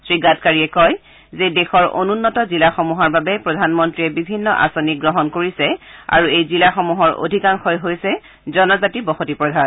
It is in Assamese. শ্ৰীগাডকাৰীয়ে কয় যে দেশৰ অনুন্নত জিলাসমূহৰ বাবে প্ৰধানমন্ত্ৰীয়ে বিভিন্ন আঁচনি গ্ৰহণ কৰিছে আৰু এই জিলাসমূহৰ অধিকাংশই হৈছে জনজাতি বসতিপ্ৰধান